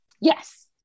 Yes